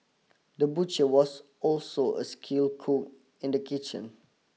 the butcher was also a skill cook in the kitchen